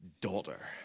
daughter